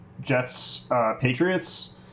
Jets-Patriots